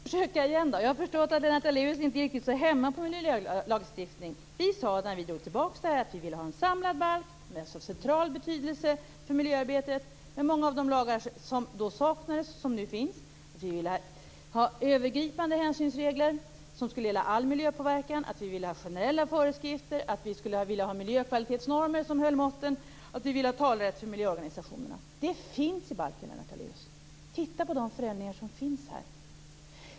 Fru talman! Jag får försöka igen. Jag har förstått att Lennart Daléus inte är så hemma på miljölagstiftning. När vi drog tillbaka detta sade vi att vi ville ha en samlad balk med en central betydelse för miljöarbetet, med många av de lagar som saknades men som nu finns. Vi ville ha övergripande hänsynsregler som skulle gälla all miljöpåverkan. Vi ville ha generella föreskrifter. Vi ville ha miljökvalitetsnormer som höll måttet. Och vi ville ha talerätt för miljöorganisationerna. Det finns i balken, Lennart Daléus. Titta på de förändringar som har gjorts.